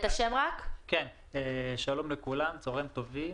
שלום לכולם, צוהריים טובים.